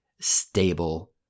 stable